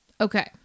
Okay